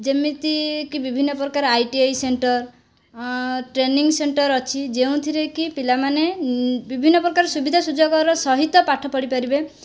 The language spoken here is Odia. ଯେମିତିକି ବିଭିନ୍ନ ପ୍ରକାରର ଆଇଟିଆଇ ସେଣ୍ଟର ଟ୍ରେନିଙ୍ଗ୍ ସେଣ୍ଟର ଅଛି ଯେଉଁଥିରେକି ପିଲାମାନେ ବିଭିନ୍ନ ପ୍ରକାରର ସୁବିଧା ସୁଯୋଗର ସହିତ ପାଠ ପଢ଼ି ପାରିବେ